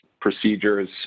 procedures